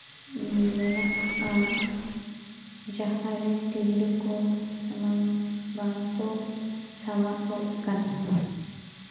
ᱢᱮᱱᱟᱜᱼᱟ ᱡᱟᱦᱟᱸ ᱨᱮ ᱛᱤᱨᱞᱟᱹ ᱠᱚ ᱥᱟᱢᱟᱝ ᱵᱟᱝᱠᱚ ᱥᱟᱢᱟᱝ ᱚᱜ ᱠᱟᱱᱟ